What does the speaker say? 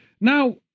Now